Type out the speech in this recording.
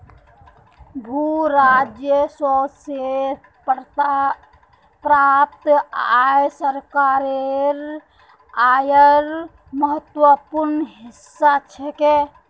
भू राजस्व स प्राप्त आय सरकारेर आयेर महत्वपूर्ण हिस्सा छेक